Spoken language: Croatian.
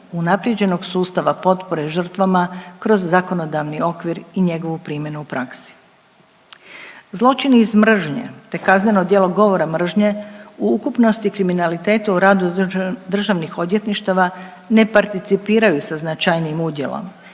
unaprijeđenog sustava potpore žrtvama kroz zakonodavni okvir i njegovu primjenu u praksi. Zločin iz mržnje te kazneno djelo govora mržnje u ukupnosti kriminalitetu u radu državnih odvjetništava ne participiraju sa značajnijim udjelom,